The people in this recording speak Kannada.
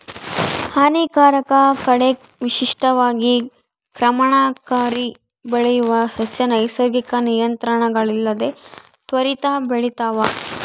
ಹಾನಿಕಾರಕ ಕಳೆ ವಿಶಿಷ್ಟವಾಗಿ ಕ್ರಮಣಕಾರಿ ಬೆಳೆಯುವ ಸಸ್ಯ ನೈಸರ್ಗಿಕ ನಿಯಂತ್ರಣಗಳಿಲ್ಲದೆ ತ್ವರಿತ ಬೆಳಿತಾವ